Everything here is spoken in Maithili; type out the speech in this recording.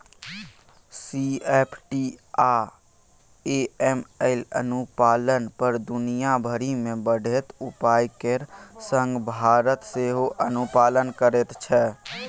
सी.एफ.टी आ ए.एम.एल अनुपालन पर दुनिया भरि मे बढ़ैत उपाय केर संग भारत सेहो अनुपालन करैत छै